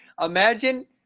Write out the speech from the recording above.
imagine